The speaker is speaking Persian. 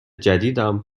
جدیدم